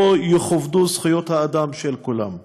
שבו יכובדו זכויות האדם של כולם.